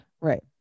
Right